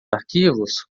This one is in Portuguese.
arquivos